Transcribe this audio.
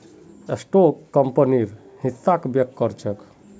stock कंपनीर हिस्साक व्यक्त कर छेक